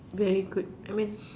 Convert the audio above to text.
very quick I mean